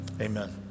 Amen